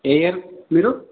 ఏ year మీరు